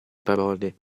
parole